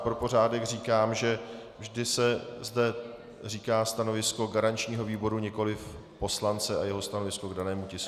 Pro pořádek říkám, že vždy se zde říká stanovisko garančního výboru, nikoliv poslance a jeho stanovisko k danému tisku.